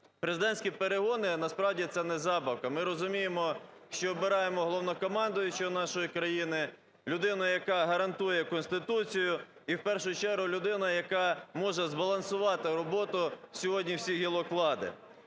Президентські перегони насправді - це не забавка. Ми розуміємо, що обираємо Головнокомандуючого нашої країни, людину, яка гарантує Конституцію, і в першу чергу людину, яка може збалансувати роботу сьогодні всіх гілок влади.